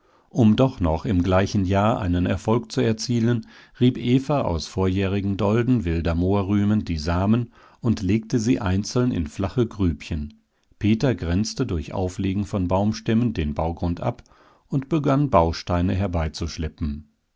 um doch noch im gleichen jahr einen erfolg zu erzielen rieb eva aus vorjährigen dolden wilder mohrrüben die samen und legte sie einzeln in flache grübchen peter grenzte durch auflegen von baumstämmen den baugrund ab und begann bausteine